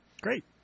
Great